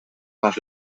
más